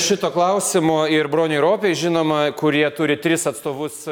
šito klausimo ir broniui ropei žinoma kurie turi tris atstovus